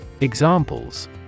Examples